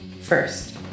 First